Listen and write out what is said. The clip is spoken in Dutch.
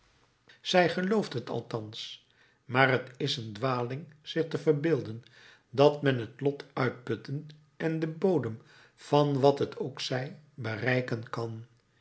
zij gelooft het althans maar t is een dwaling zich te verbeelden dat men het lot uitputten en den bodem van wat het ook zij bereiken kan